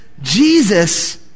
Jesus